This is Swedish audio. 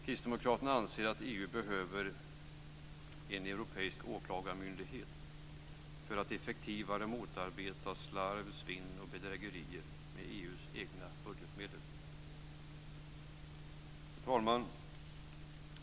Kristdemokraterna anser att EU behöver en europeisk åklagarmyndighet för att effektivare motarbeta slarv, svinn och bedrägerier med EU:s egna budgetmedel. Fru talman!